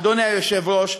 אדוני היושב-ראש,